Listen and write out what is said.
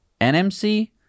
NMC